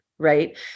right